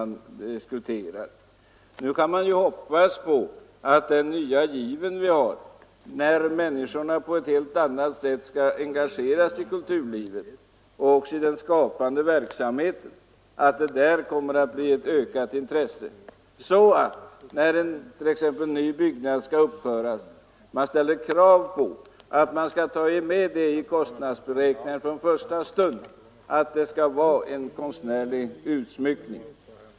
Nu kan man ju hoppas på att den nya given, där människorna på ett helt annat sätt skall ägna sig åt kulturlivet och den skapande verksamheten, medför ett ökat intresse så att man, t.ex. när en ny byggnad skall uppföras, ställer krav på att den konstnärliga utsmyckningen tas med i kostnadsberäkningarna från första stund.